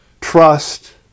trust